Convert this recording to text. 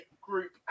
Group